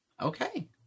okay